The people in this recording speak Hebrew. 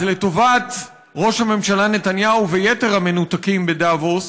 אז לטובת ראש הממשלה נתניהו ויתר המנותקים בדבוס,